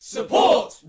Support